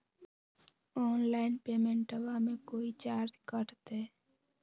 Online पेमेंटबां मे कोइ चार्ज कटते?